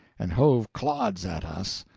and hove clods at us.